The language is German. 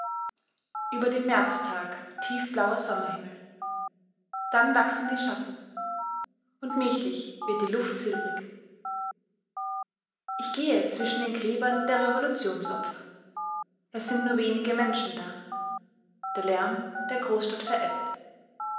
über dem märztag tiefblauer sommerhimmel dann wachsen die schatten und mählich wird die luft silbrig ich gehe zwischen den gräbern der revolutionsopfer es sind nur wenige menschen da der lärm der großstadt